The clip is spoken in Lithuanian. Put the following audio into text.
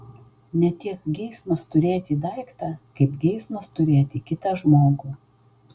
ne tiek geismas turėti daiktą kaip geismas turėti kitą žmogų